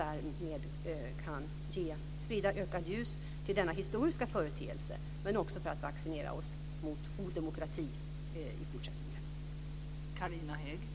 Därmed kan ökat ljus spridas över denna historiska företeelse och vi kan vaccineras mot odemokrati i fortsättningen.